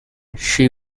she